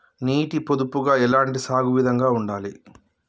నీటి పొదుపుగా ఎలాంటి సాగు విధంగా ఉండాలి?